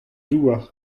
douar